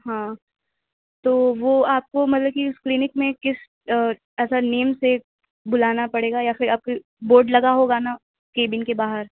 ہاں تو وہ آپ کو مطلب کہ کلینک میں کس ایسا نیم سے بُلانا پڑے گا یا پھر آپ کی بورڈ لگا ہوگا نا کیبن کے باہر